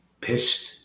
pissed